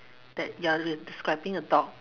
that you are describing a dog